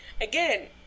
again